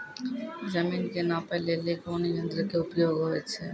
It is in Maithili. जमीन के नापै लेली कोन यंत्र के उपयोग होय छै?